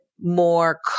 more